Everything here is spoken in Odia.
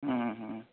ହଁ ହଁ ହଁ